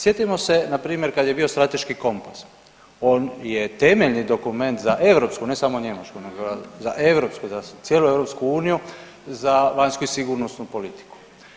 Sjetimo se npr. kad je bio strateški kompas, on je temeljni dokument za europsku, ne samo njemačku nego za europsku za cijelu EU za vanjsku sigurnosnu politiku.